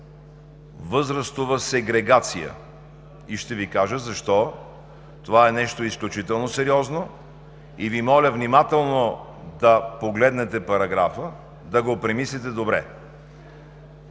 възрастова сегрегация и ще Ви кажа защо това е нещо изключително сериозно. И Ви моля внимателно да погледнете параграфа, да го премислите добре.